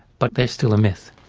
but they're still a myth.